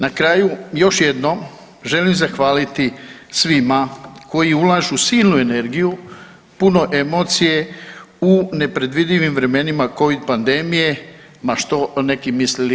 Na kraju još jednom želim zahvaliti svima koji ulažu silnu energiju, puno emocije u nepredvidivim vremenima Covid pandemije ma što neki mislili o tome.